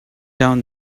down